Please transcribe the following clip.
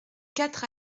quatre